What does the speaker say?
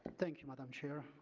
thank you, madam chair.